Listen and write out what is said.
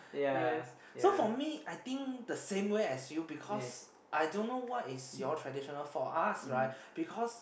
yes so for me I think the same way as you because I don't know what is your traditional for us right because